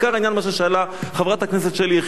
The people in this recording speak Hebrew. מה ששאלה חברת הכנסת שלי יחימוביץ.